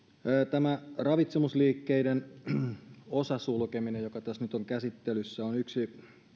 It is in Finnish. tämä ravitsemusliikkeiden osasulkeminen joka tässä nyt on käsittelyssä on yksi